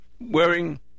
wearing